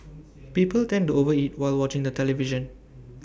people tend to over eat while watching the television